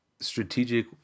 Strategic